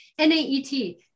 NAET